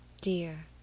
Dear